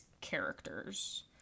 characters